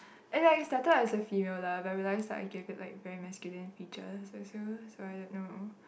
and like it started out as a female lah but I realize I gave it like very masculine features so so so I don't know